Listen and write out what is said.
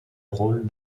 rôle